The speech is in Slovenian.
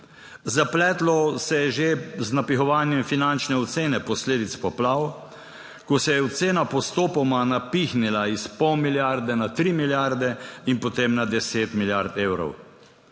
Zapletlo se je že z napihovanjem finančne ocene posledic poplav, ko se je ocena postopoma napihnila iz pol milijarde na 3 milijarde in potem na 10 milijard evrov.